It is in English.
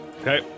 Okay